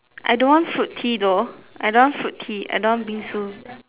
I don't want fruit tea though I don't want fruit tea I don't want bingsu